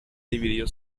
dividió